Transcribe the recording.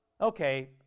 okay